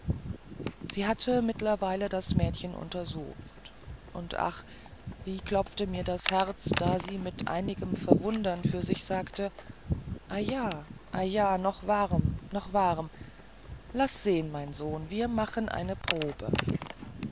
sie hatte mittlerweilen das mädchen untersucht und ach wie klopfte mir das herz da sie mit einigem verwundern für sich sagte ei ja ei ja noch warm noch warm laß sehn mein sohn wir machen eine probe